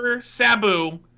Sabu